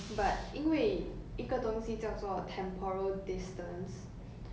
once uh we are actually put in that situation 我们可能不会 act in that way at all